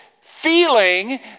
feeling